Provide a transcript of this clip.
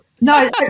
No